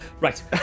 right